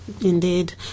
Indeed